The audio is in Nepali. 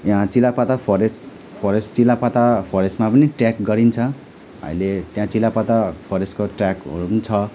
यहाँ चिलापाता फरेस्ट फरेस्ट चिलापाता फरेस्टमा पनि ट्रेक गरिन्छ अहिले त्यहाँ चिलापता फरेस्टको ट्रेकहरू पनि छ